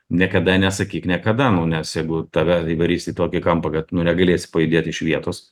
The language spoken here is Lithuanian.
niekada nesakyk niekada nu nes jeigu tave įvarys į tokį kampą kad nu negalėsi pajudėt iš vietos